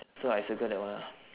so I circle that one ah